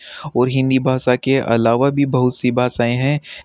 और हिंदी भाषा के अलावा भी बहुत सी भाषाएँ हैं